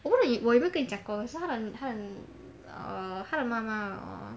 我问你我有没有跟你讲过是她的她的 err 她的妈妈 orh